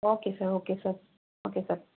okay sir okay sir okay sir